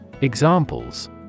Examples